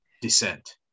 descent